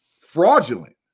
fraudulent